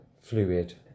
fluid